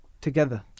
together